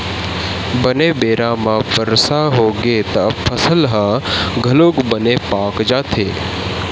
बने बेरा म बरसा होगे त फसल ह घलोक बने पाक जाथे